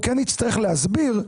הוא כן יצטרך להסביר.